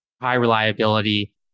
high-reliability